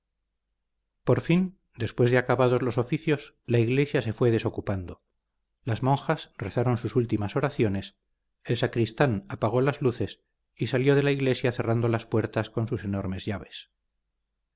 por fin después de acabados los oficios la iglesia se fue desocupando las monjas rezaron sus últimas oraciones el sacristán apagó las luces y salió de la iglesia cerrando las puertas con sus enormes llaves